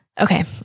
Okay